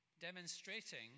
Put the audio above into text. demonstrating